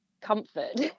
Comfort